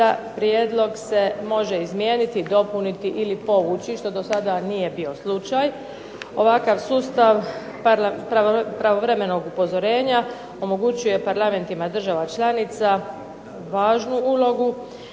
da prijedlog se može izmijeniti, dopuniti ili povući što do sada nije bio slučaj. Ovakav sustav pravovremenog upozorenja omogućuje parlamentima država članica važnu ulogu